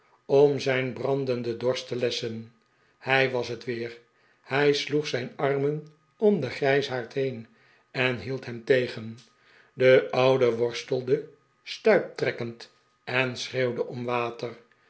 om zijn brandenden dorst te lesschen hij was het weerl hij sloeg zijn armen om den grijsaard heen en hield hem tegen de oude worstelde stuiptrekkend en schreeuwde om water